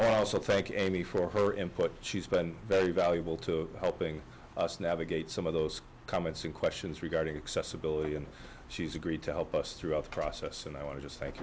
also fake amy for her input she's been very valuable to helping us navigate some of those comments and questions regarding accessibility and she's agreed to help us throughout the process and i want just like